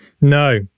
No